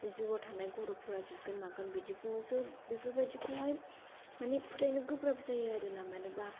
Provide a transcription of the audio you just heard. जिउआव थानाय ग्रहफोरा जोबगोन मागोन बिदि बुङो स' बेफोरबादिखौहाय मानि फोथाइनो गोब्राब जायो आरोना मानोबा